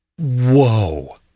Whoa